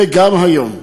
וגם היום,